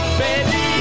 baby